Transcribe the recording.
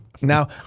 Now